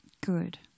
Good